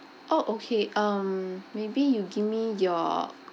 oh okay um maybe you give me your